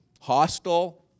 hostile